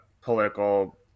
political